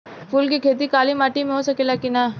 फूल के खेती काली माटी में हो सकेला की ना?